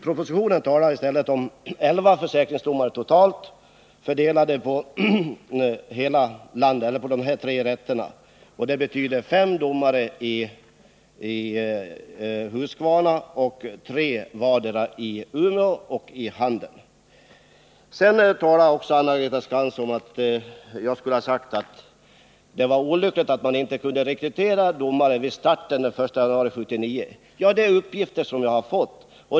Propositionen talar i stället om elva försäkringsdomare totalt, fördelade på dessa tre rätter. Det betyder fem domare i Huskvarna och tre domare vardera i Umeå och Handen. Anna-Greta Skantz talar också om att jag har sagt att det var olyckligt att man inte kunde rekrytera domare vid starten den 1 februari 1979. Ja, det är uppgifter jag har fått.